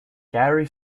gary